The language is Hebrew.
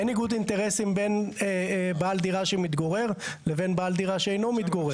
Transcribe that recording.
אין ניגוד אינטרסים בין בעל דירה שמתגורר לבין בעל דירה שאינו מתגורר.